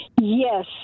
Yes